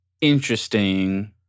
interesting